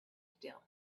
still